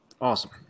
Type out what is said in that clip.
Awesome